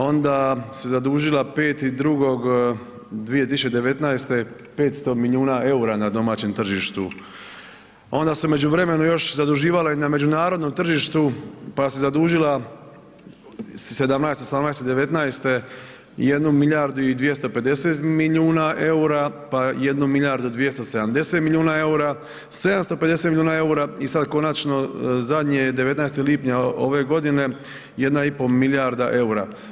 Onda se zadužila 5.2.2019. 500 milijuna eura na domaćem tržištu, onda se u međuvremenu još zaduživala još na međunarodnom tržištu pa se zadužila '17., '18. i '19. 1 milijardu i 250 milijuna eura, pa 1 milijardu i 270 milijuna eura, 270 milijuna eura i sad konačno zadnje je 19. lipnja ove godine je 1,5 milijarda eura.